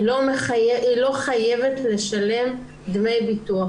היא לא חייבת לשלם דמי ביטוח.